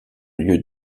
lieu